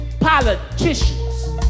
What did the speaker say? politicians